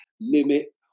limit